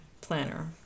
planner